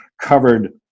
covered